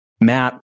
Matt